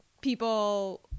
people